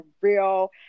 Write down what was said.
real